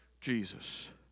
Jesus